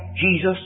Jesus